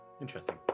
interesting